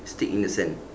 stick in the sand